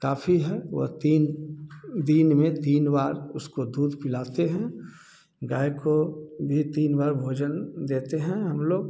काफी है वह तीन दिन में तीन बार उसको दूध पिलाते हैं गाय को भी तीन बार भोजन देते हैं हम लोग